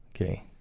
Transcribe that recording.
Okay